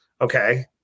okay